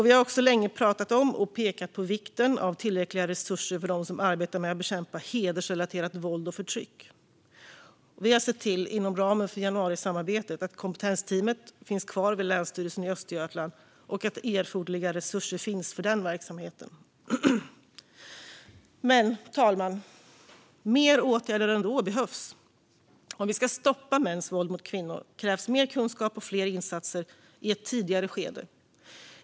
Vi har också länge pratat om och pekat på vikten av tillräckliga resurser för dem som arbetar med att bekämpa hedersrelaterat våld och förtryck. Vi har inom ramen för januarisamarbetet sett till att kompetensteamet finns kvar vid Länsstyrelsen i Östergötland och att erforderliga resurser finns för den verksamheten. Fru talman! Mer åtgärder behövs dock. Om vi ska stoppa mäns våld mot kvinnor krävs mer kunskap och fler insatser i ett tidigare skede.